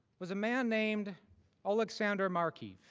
was a man named alexander marcuse.